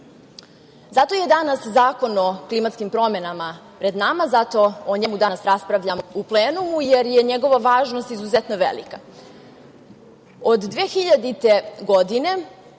Zato je danas Zakon o klimatskim promenama pred nama, zato o njemu danas raspravljamo u plenumu, jer je njegova važnost izuzetno velika. Od 2000. godine